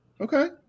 Okay